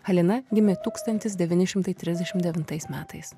halina gimė tūkstantis devyni šimtai trisdešim devintais metais